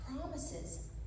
promises